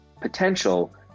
potential